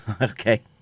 okay